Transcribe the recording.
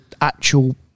actual